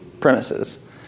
Premises